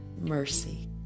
mercy